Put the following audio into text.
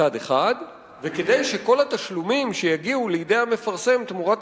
וכדי שכל התשלומים שהגיעו לידי המפרסם תמורת